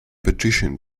petition